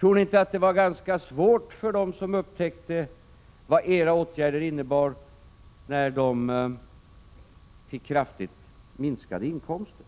Tror ni inte att det var ganska svårt för dem som upptäckte vad era åtgärder innebar när de fick kraftigt minskade inkomster?